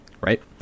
right